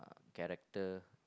character